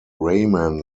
rahman